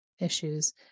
issues